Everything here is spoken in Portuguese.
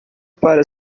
para